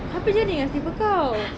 apa jadi dengan slipper kau